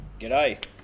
G'day